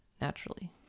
naturally